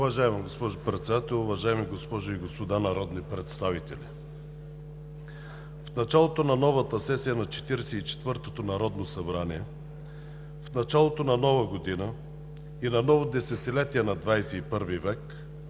Уважаема госпожо Председател, уважаеми госпожи и господа народни представители! В началото на новата сесия на 44-тото народно събрание, в началото на нова година и на ново десетилетие на 21-ви